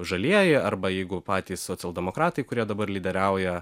žalieji arba jeigu patys socialdemokratai kurie dabar lyderiauja